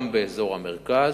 גם באזור המרכז.